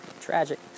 tragic